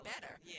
better